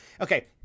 okay